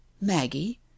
Maggie